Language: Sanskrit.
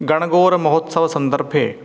घनघोरमहोत्सवसन्दर्भे